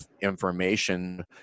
information